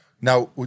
Now